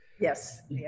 Yes